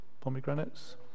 Pomegranates